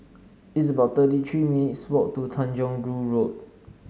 it's about thirty three minutes' walk to Tanjong Rhu Road